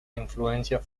influencias